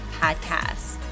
Podcast